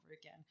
again